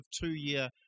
two-year